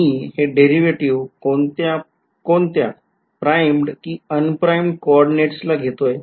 मी हे डेरीवेटीव्ह कोणत्या primed कि unprimed कोऑर्डिनेट्सला घेतोय